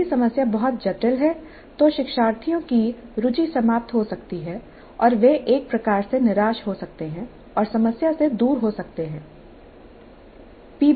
यदि समस्या बहुत जटिल है तो शिक्षार्थियों की रुचि समाप्त हो सकती है और वे एक प्रकार से निराश हो सकते हैं और समस्या से दूर हो सकते हैं